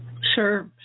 Sure